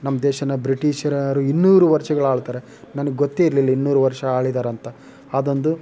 ನಮ್ಮ ದೇಶವ ಬ್ರಿಟಿಷರು ಇನ್ನೂರು ವರ್ಷಗಳು ಆಳ್ತಾರೆ ನನಗೆ ಗೊತ್ತೇ ಇರಲಿಲ್ಲ ಇನ್ನೂರು ವರ್ಷ ಆಳಿದ್ದಾರೆ ಅಂತ ಅದೊಂದು